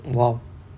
!wow!